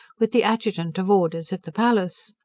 with the adjutant of orders at the palace.